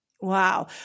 Wow